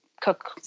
cook